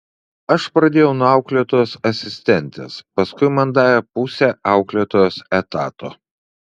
aš pradėjau nuo auklėtojos asistentės paskui man davė pusę auklėtojos etato